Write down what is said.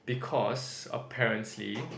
because apparently